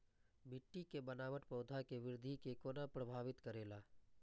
मिट्टी के बनावट पौधा के वृद्धि के कोना प्रभावित करेला?